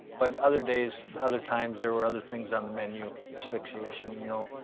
but other days, other times, there were other things on the menu asphyxiation, you know.